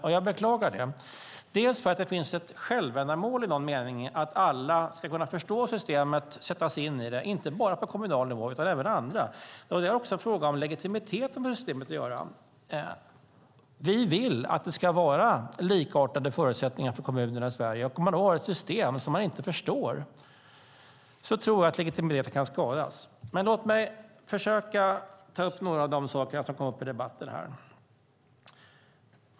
Det beklagar jag, dels för att det i någon mening är ett självändamål att alla ska kunna förstå systemet och sätta sig in i det, inte bara personer på kommunal nivå utan även andra, dels för att det också har med legitimiteten för systemet att göra. Vi vill att det ska vara likartade förutsättningar för kommunerna i Sverige. Om man har ett system som man inte förstår tror jag att legitimiteten kan skadas. Låt mig nu försöka ta upp några av de saker som kom upp i debatten.